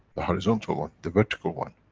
the horizontal one, the vertical one,